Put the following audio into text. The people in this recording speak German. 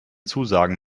zusagen